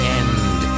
end